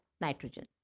nitrogen